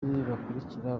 bakurikira